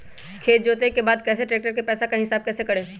खेत जोते के बाद कैसे ट्रैक्टर के पैसा का हिसाब कैसे करें?